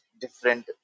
different